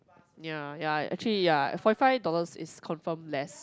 ya ya actually ya forty five dollars is confirm less